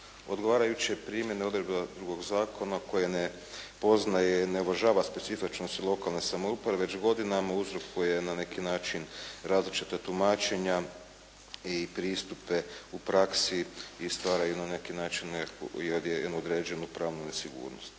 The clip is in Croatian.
Odgovarajuće primjene odredba drugog zakona koje ne poznaje i ne uvažava specifičnosti lokalne samouprave, već godinama uzrokuje na neki način različita tumačenja i pristupe u praksi i stvaraju na neki način nekakvu jednu određenu pravnu nesigurnost.